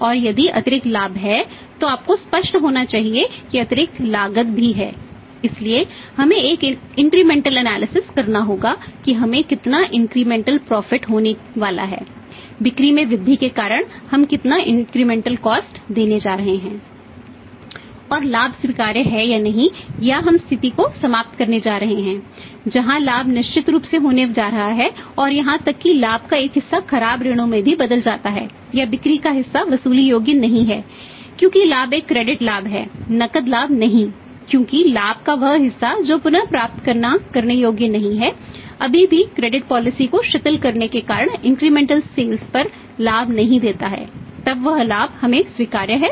और लाभ स्वीकार्य है या नहीं या हम स्थिति को समाप्त करने जा रहे हैं जहां लाभ निश्चित रूप से होने जा रहा है और यहां तक कि लाभ का एक हिस्सा खराब ऋणों में भी बदल जाता है या बिक्री का हिस्सा वसूली योग्य नहीं है क्योंकि लाभ एक क्रेडिट पर लाभ नहीं देता है तब वह लाभ हमें स्वीकार्य है